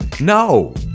No